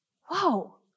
Whoa